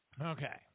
Okay